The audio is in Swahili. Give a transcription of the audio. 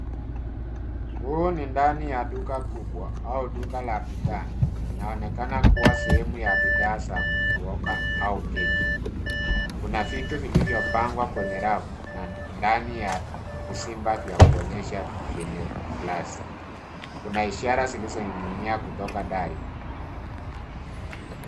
Huu ni ndani ya duka kubwa au duka la bidhaa. Inaonekana kuwa sehemu ya bidhaa za kuoka au keki. Kuna vitu vilivyopangwa kwenye rafu na ndani ya vizimba vya kuonyesha vyenye glasi. Kuna ishara zilizoning'inia kutoka dari.